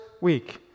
week